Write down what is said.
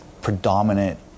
predominant